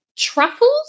Truffles